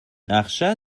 نقشت